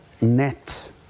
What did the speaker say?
net